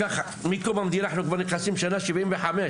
מקום המדינה אנחנו נכנסים עכשיו לשנה 75,